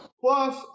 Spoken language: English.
Plus